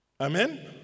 Amen